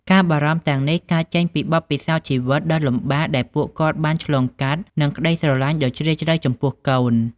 ការបារម្ភទាំងនេះកើតចេញពីបទពិសោធន៍ជីវិតដ៏លំបាកដែលពួកគាត់បានឆ្លងកាត់ និងក្តីស្រឡាញ់ដ៏ជ្រាលជ្រៅចំពោះកូន។